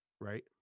right